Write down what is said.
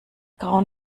grauen